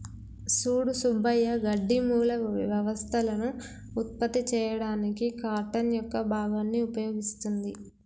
సూడు సుబ్బయ్య గడ్డి మూల వ్యవస్థలను ఉత్పత్తి చేయడానికి కార్టన్ యొక్క భాగాన్ని ఉపయోగిస్తుంది